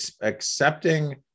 accepting